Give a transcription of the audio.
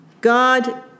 God